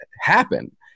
happen